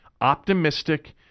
optimistic